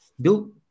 build